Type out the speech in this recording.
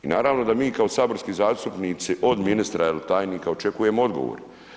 I naravno da mi kao saborski zastupnici od ministra ili tajnika očekujemo odgovor.